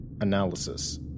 Analysis